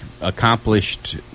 accomplished